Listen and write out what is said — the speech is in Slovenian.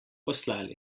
poslali